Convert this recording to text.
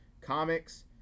comics